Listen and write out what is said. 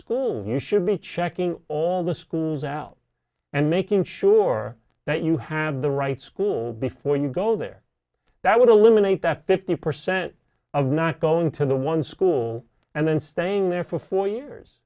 school you should be checking all the schools out and making sure that you have the right school before you go there that would eliminate that fifty percent of not going to the one school and then staying there for four years